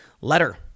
Letter